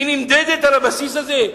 היא נמדדת על הבסיס הזה.